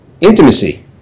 Intimacy